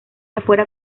afuera